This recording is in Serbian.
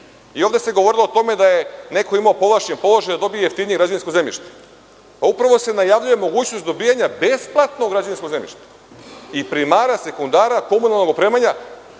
Ovde se govorilo o tome da je neko imao povlašćen položaj da dobije jeftinije građevinsko zemljište. Upravo se najavljuje mogućnost dobijanja besplatnog građevinskog zemljišta i primara, sekundara komunalnog opremanja.